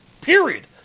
Period